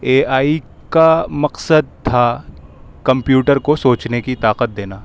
اے I کا مقصد تھا کمپیوٹر کو سوچنے کی طاقت دینا